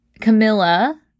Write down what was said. Camilla